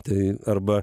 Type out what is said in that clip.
tai arba